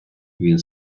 він